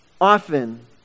Often